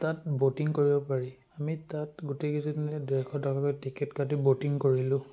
তাত ব'টিং কৰিব পাৰি আমি তাত গোটেইকেইজে ডেৰশ টকাকৈ টিকেট কাটি ব'টিং কৰিলোঁ